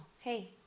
hey